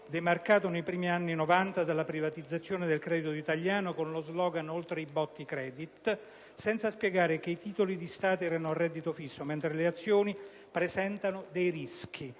demarcato nei primi anni '90 dalla privatizzazione del Credito Italiano con lo slogan «Oltre i BOT i Credit», senza spiegare che i titoli di Stato erano a reddito fisso, mentre le azioni presentavano dei rischi.